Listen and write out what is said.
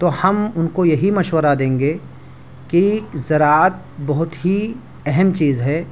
تو ہم ان کو یہی مشورہ دیں گے کہ زراعت بہت ہی اہم چیز ہے